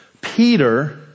Peter